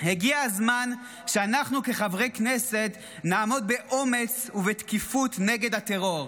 הגיע הזמן שאנחנו כחברי כנסת נעמוד באומץ ובתקיפות נגד הטרור.